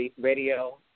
radio